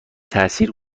تاثیر